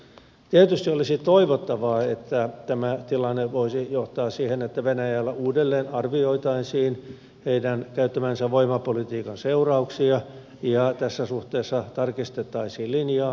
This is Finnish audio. tietysti olisi toivottavaa että tämä tilanne voisi johtaa siihen että venäjällä uudelleenarvioitaisiin heidän käyttämänsä voimapolitiikan seurauksia ja tässä suhteessa tarkistettaisiin linjaa